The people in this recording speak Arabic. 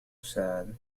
السعادة